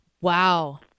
Wow